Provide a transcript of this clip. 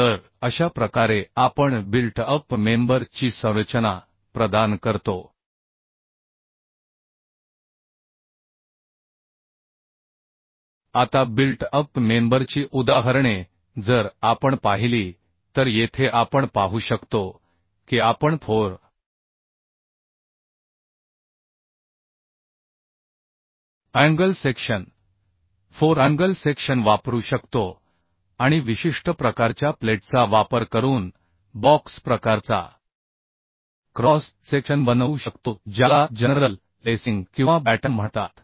तर अशा प्रकारे आपण बिल्ट अप मेंबर ची संरचना प्रदान करतो आता बिल्ट अप मेंबरची उदाहरणे जर आपण पाहिली तर येथे आपण पाहू शकतो की आपण four angle section four angle section वापरू शकतो आणि विशिष्ट प्रकारच्या प्लेटचा वापर करून बॉक्स प्रकारचा क्रॉस सेक्शन बनवू शकतो ज्याला जनरल लेसिंग किंवा बॅटन म्हणतात